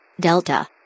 Delta